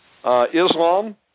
Islam